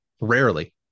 rarely